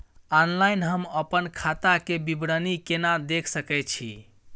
Online हम अपन खाता के विवरणी केना देख सकै छी?